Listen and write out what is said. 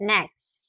Next